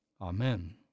Amen